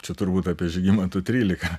čia turbūt apie žygimantų trylika